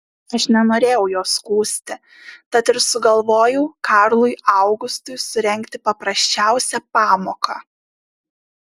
aš nenorėjau jo skųsti tad ir sugalvojau karlui augustui surengti paprasčiausią pamoką